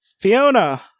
Fiona